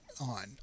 on